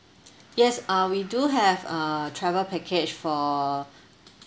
yes uh we do have uh travel package for